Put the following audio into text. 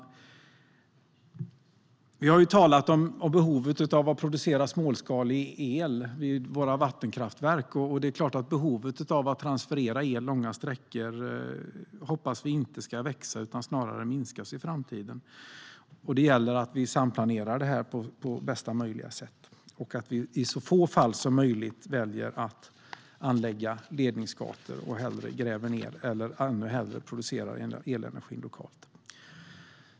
Vi har ju talat om behovet att producera småskalig el i våra vattenkraftverk. Vi hoppas såklart att behovet av att transferera el långa sträckor inte ska växa utan snarare minska i framtiden. Det gäller att vi samplanerar det här på bästa möjliga sätt och att vi i så få fall som möjligt väljer att anlägga ledningsgator. Vi ska hellre gräva ned det eller ännu hellre producera elenergin lokalt.